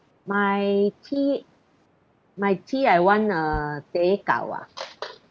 my tea my tea I want a teh gao ah